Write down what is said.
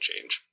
change